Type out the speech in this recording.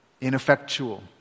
ineffectual